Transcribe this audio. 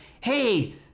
hey